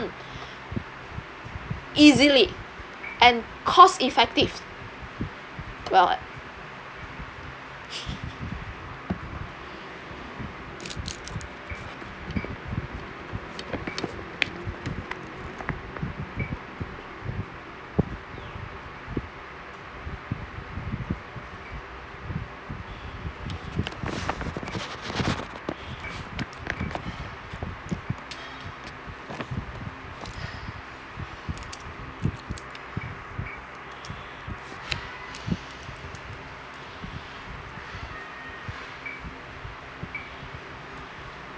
easily and cost effective well